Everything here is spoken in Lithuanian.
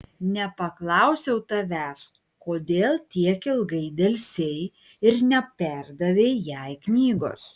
nepaklausiau tavęs kodėl tiek ilgai delsei ir neperdavei jai knygos